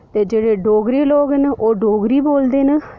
ते जेह्ड़े डोगरे लोक न ओह् डोगरी बोलदे न